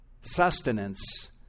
sustenance